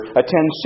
attend